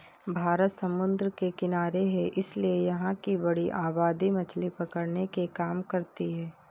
भारत समुद्र के किनारे है इसीलिए यहां की बड़ी आबादी मछली पकड़ने के काम करती है